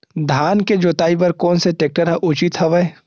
धान के जोताई बर कोन से टेक्टर ह उचित हवय?